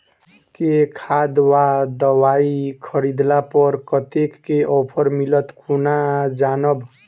केँ खाद वा दवाई खरीदला पर कतेक केँ ऑफर मिलत केना जानब?